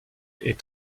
est